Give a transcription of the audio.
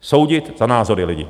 Soudit za názory lidi.